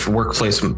workplace